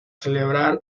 celebrar